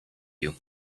you